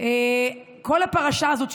כל הפרשה הזאת,